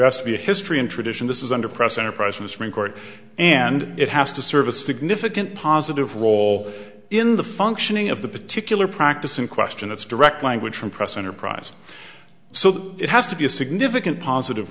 rest of the history and tradition this is under press enterprise in the supreme court and it has to serve a significant positive role in the functioning of the particular practice in question it's direct language from press enterprise so it has to be a significant positive